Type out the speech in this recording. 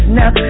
now